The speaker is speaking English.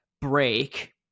break